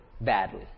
badly